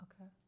Okay